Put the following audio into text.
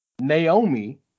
Naomi